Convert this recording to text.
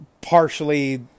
partially